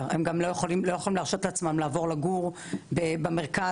יכולים להרשות לעצמם לעבור לגור במרכז,